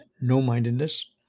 no-mindedness